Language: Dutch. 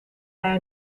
hij